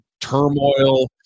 turmoil